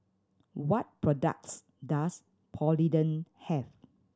what products does Polident have